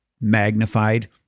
magnified